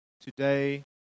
today